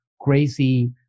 crazy